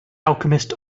alchemist